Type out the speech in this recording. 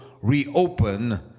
reopen